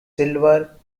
silver